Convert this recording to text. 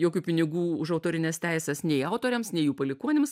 jokių pinigų už autorines teises nei autoriams nei jų palikuonims